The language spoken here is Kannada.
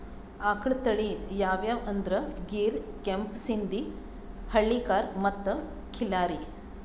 ಆಕಳ್ ತಳಿ ಯಾವ್ಯಾವ್ ಅಂದ್ರ ಗೀರ್, ಕೆಂಪ್ ಸಿಂಧಿ, ಹಳ್ಳಿಕಾರ್ ಮತ್ತ್ ಖಿಲ್ಲಾರಿ